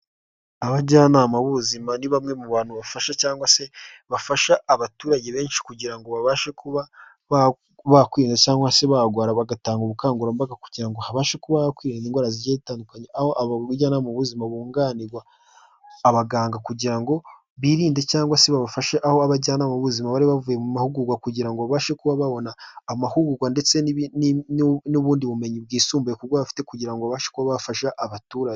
abajyanama b'ubuzima ni bamwe mu bantu bafasha cyangwa se bafasha abaturage benshi kugira babashe kuba bakwiza cyangwa se bagora bagatanga ubukangurambaga kugira ngo habashe kubaho kwirinda indwara zi zitandukanye aho abo bajyanama muzima bunganirwa abaganga kugira ngo birinde cyangwa se babafashe aho abajyanama b' ubuzimazima bari bavuye mu mahugurwa kugira ngo babashe kuba babona amahugurwa ndetse n'ubundi bumenyi bwisumbuye kuko bafite kugira ngo babashe kuba bafasha abaturage